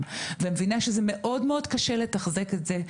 היטב ואני מבינה שזה קשה מאוד לתחזק את זה.